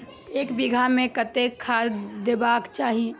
एक बिघा में कतेक खाघ देबाक चाही?